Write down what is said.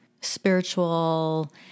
spiritual